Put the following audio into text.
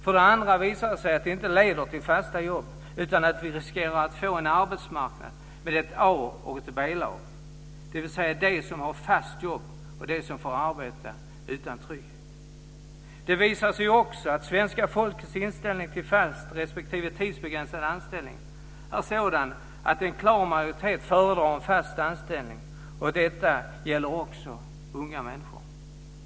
För det andra visar det sig att det inte leder till fasta jobb, utan vi riskerar att få en arbetsmarknad med ett A och ett B-lag, dvs. de som har fast jobb och de som får arbeta utan trygghet. Det visar sig också att svenska folkets inställning till fast respektive tidsbegränsad anställning är sådan att en klar majoritet föredrar en fast anställning, och detta gäller också unga människor.